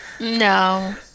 No